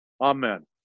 Amen